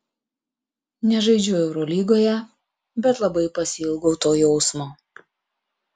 nežaidžiu eurolygoje bet labai pasiilgau to jausmo